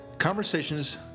conversations